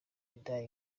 inda